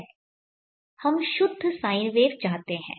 हम शुद्ध sine wave चाहते हैं